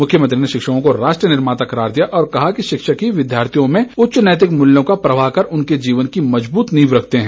मुख्यमंत्री ने शिक्षकों को राष्ट्र निर्माता करार दिया और कहा कि शिक्षक ही विद्यार्थियों में उच्च नैतिक मूल्यों का प्रवाह कर उनके जीवन की मजबूत नींव रखते है